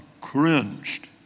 cringed